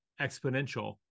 exponential